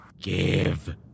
give